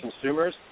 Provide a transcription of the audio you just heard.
consumers